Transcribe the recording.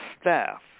staff